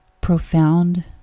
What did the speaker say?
profound